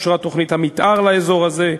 אושרה תוכנית המתאר לאזור הזה,